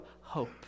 hope